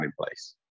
place